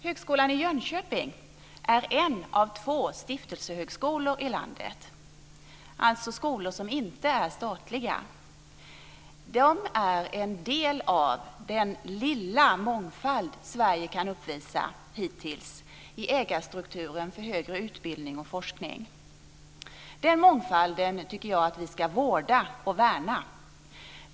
Högskolan i Jönköping är en av två stiftelsehögskolor i landet, alltså skolor som inte är statliga. De är en del av den lilla mångfald Sverige kan uppvisa, hittills, i ägarstrukturen för högre utbildning och forskning. Den mångfalden ska vi vårda och värna.